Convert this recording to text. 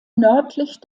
nördlich